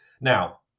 Now